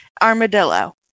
armadillo